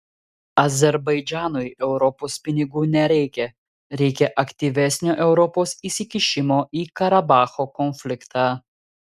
azerbaidžanui europos pinigų nereikia reikia aktyvesnio europos įsikišimo į karabacho konfliktą